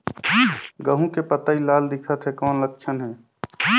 गहूं के पतई लाल दिखत हे कौन लक्षण हे?